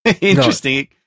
Interesting